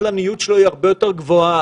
הקטלניות שלו היא הרבה יותר גבוהה,